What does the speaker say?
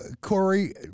Corey